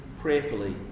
prayerfully